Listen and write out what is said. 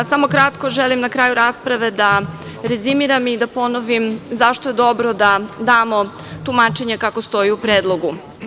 Samo kratko želim na kraju rasprave da rezimiram i da ponovim zašto je dobro da damo tumačenje kako stoji u predlogu.